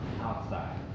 outside